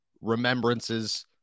remembrances